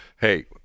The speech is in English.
Hey